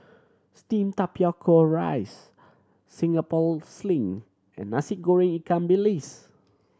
steamed tapioca rice Singapore Sling and Nasi Goreng ikan bilis